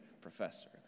professor